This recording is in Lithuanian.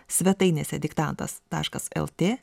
svetainėse diktantas taškas lt